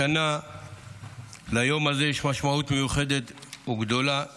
השנה ליום הזה יש משמעות מיוחדת וגדולה יותר.